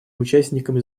участниками